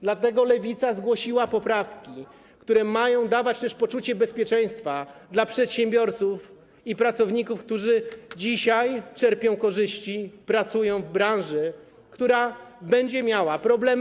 Dlatego Lewica zgłosiła poprawki, które mają dawać też poczucie bezpieczeństwa przedsiębiorcom i pracownikom, którzy dzisiaj czerpią korzyści, pracują w branży, która będzie miała problemy.